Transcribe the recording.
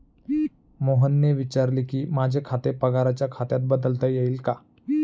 मोहनने विचारले की, माझे खाते पगाराच्या खात्यात बदलता येईल का